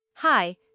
Hi